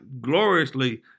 gloriously